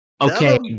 Okay